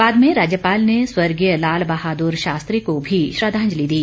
बाद में राज्यपाल ने स्वर्गीय लाल बहादुर शास्त्री को भी श्रद्दांजलि दी